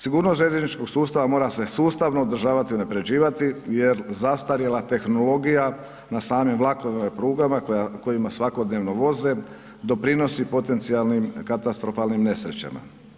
Sigurnost željezničkog sustava mora se sustavno održavati i unaprjeđivati jer zastarjela tehnologija na samim vlakovima i prugama kojima svakodnevno voze, doprinosi potencijalnim katastrofalnim nesrećama.